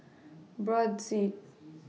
Brotzeit